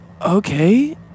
Okay